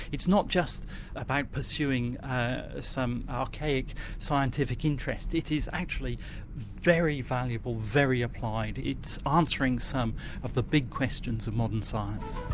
it's not just about pursuing ah some archaic scientific interest, it is actually very valuable, very applied. it's answering some of the big questions of modern science.